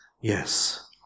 Yes